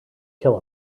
kill